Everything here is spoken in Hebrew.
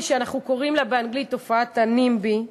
שאנחנו קוראים לה באנגלית תופעת ה-NIMBY,